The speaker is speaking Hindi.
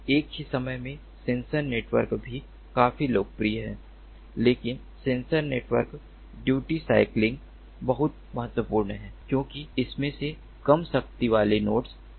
एक ही समय में सेंसर नेटवर्क भी काफी लोकप्रिय हैं लेकिन सेंसर नेटवर्क ड्यूटी साइकलिंग बहुत महत्वपूर्ण है क्योंकि इनमें से कम शक्ति वाले नोड्स हैं